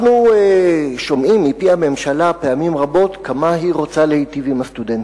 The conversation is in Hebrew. אנחנו שומעים מפי הממשלה פעמים רבות כמה היא רוצה להיטיב עם הסטודנטים,